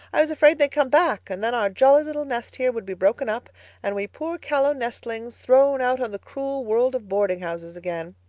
i was afraid they'd come back. and then our jolly little nest here would be broken up and we poor callow nestlings thrown out on the cruel world of boardinghouses again.